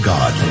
God